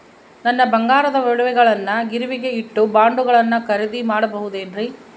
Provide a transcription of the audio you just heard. ನನ್ನ ಬಂಗಾರದ ಒಡವೆಗಳನ್ನ ಗಿರಿವಿಗೆ ಇಟ್ಟು ಬಾಂಡುಗಳನ್ನ ಖರೇದಿ ಮಾಡಬಹುದೇನ್ರಿ?